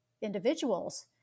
individuals